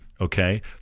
Okay